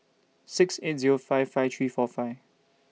six eight Zero five five three four five